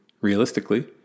realistically